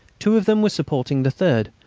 two of them were supporting the third,